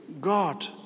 God